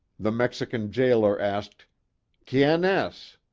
the mexican jailer asked quien es?